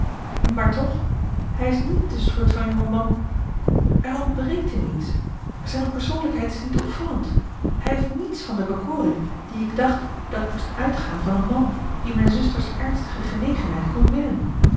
maar toch hij is niet de soort van jonge man er ontbreekt hem iets zijn persoonlijkheid is niet opvallend hij heeft niets van de bekoring die ik dacht dat moest uitgaan van een man die mijn zuster's ernstige genegenheid kon winnen